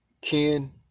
Ken